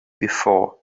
before